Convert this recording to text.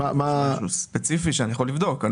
אם יש משהו ספציפי, אני יכול לבדוק.